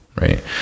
right